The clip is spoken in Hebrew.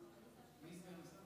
מי סגן השר?